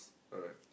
alright